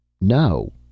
No